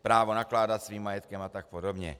Právo nakládat svým majetkem a tak podobně.